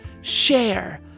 share